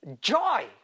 joy